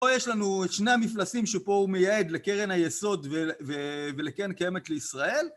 פה יש לנו את שני המפלסים שפה הוא מייעד לקרן היסוד ולקרן קיימת לישראל.